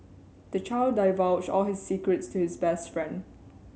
the child divulged all his secrets to his best friend